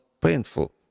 painful